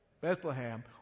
Bethlehem